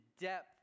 depth